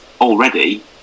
already